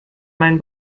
mein